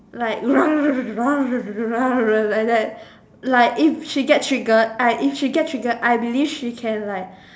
like and like like if she get triggered I if she get triggered I believe she can like